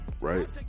right